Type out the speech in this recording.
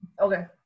Okay